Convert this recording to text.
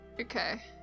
Okay